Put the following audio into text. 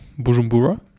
Bujumbura